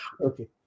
Okay